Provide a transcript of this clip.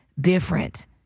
different